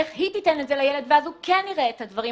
איך היא תיתן את זה לילד ואז הוא כן יראה את הדברים